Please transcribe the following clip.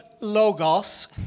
logos